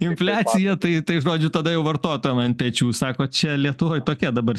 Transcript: infliacija tai tai žodžiu tada jau vartotojam ant pečių sakot čia lietuvoje tokia dabar